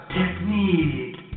technique